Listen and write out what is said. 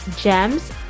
gems